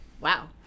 Wow